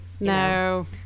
No